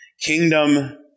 Kingdom